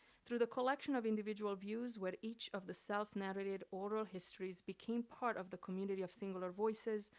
through the collection of individual views where each of the self-narrated oral histories became part of the community of singular voices,